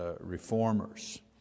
reformers